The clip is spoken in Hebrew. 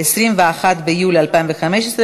21 ביולי 2015,